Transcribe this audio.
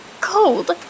Cold